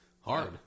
hard